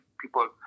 people